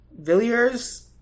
Villiers